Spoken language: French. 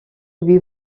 lui